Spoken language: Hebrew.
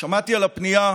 שמעתי על הפנייה